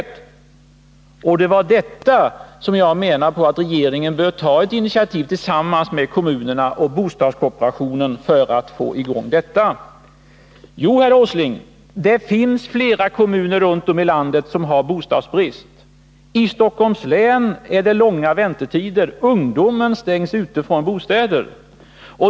Det var för att få i gång detta som jag menade att regeringen bör ta ett initiativ tillsammans med kommunerna och bostadskooperationen. Jo, herr Åsling, det finns flera kommuner runt om i landet som har bostadsbrist. I Stockholms län är det långa väntetider. Ungdomen stängs ute från bostäder.